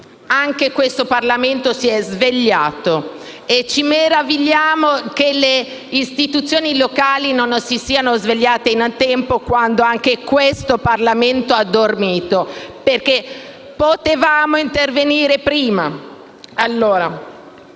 anche questo Parlamento si è svegliato. Poi ci meravigliamo che le istituzioni locali non si siano svegliate in tempo, quando anche il Parlamento ha dormito, perché potevamo intervenire prima. Non